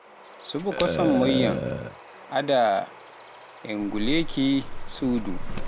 Suɓo kosam moƴƴam, Adda e nguleeki suudu